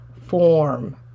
form